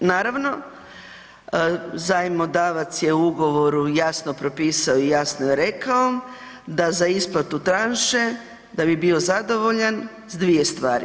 Naravno zajmodavac je u ugovoru jasno propisao i jasno je rekao da za isplatu tranše da bi bio zadovoljan s dvije stvari.